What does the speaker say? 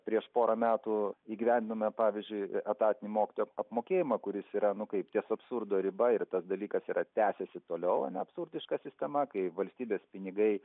prieš porą metų įgyvendinome pavyzdžiui etatinį mokytojų apmokėjimą kuris yra nu kaip ties absurdo riba ir tas dalykas yra tęsiasi toliau ar ne absurdiška sistema kai valstybės pinigai